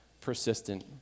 persistent